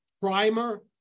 primer